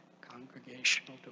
congregational